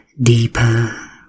deeper